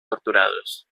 torturados